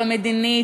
בתחום המדיני.